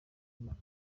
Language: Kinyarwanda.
imana